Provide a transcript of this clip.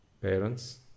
parents